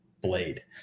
blade